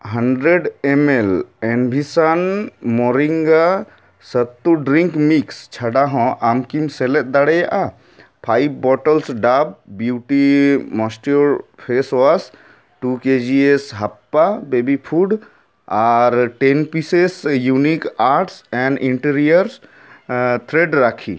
hundred ML ᱮᱱᱵᱷᱮᱥᱚᱱ moringa sattu drink mix ᱪᱷᱟᱰᱟ ᱦᱚᱸ ᱟᱢᱠᱤᱢ ᱥᱮᱞᱮᱫ ᱫᱟᱲᱮᱭᱟᱜᱼᱟ five bottles Dove beauty moisture face wash two K G S ᱦᱟᱯᱯᱟ ᱵᱮᱵᱤ ᱯᱷᱩᱰ ᱟᱨ ten pieces unique arts and interiors thread rakhi